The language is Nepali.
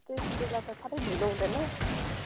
टोकुको बाटो साह्रै ढिलो हुँदैन